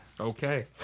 Okay